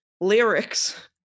Lyrics